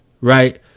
Right